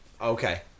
Okay